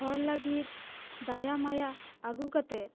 ᱦᱚᱲ ᱞᱟᱹᱜᱤᱫ ᱫᱟᱭᱟ ᱢᱟᱭᱟ ᱟᱹᱜᱩ ᱠᱟᱛᱮᱫ